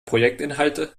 projektinhalte